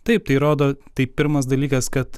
taip tai rodo tai pirmas dalykas kad